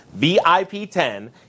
VIP10